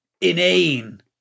inane